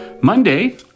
Monday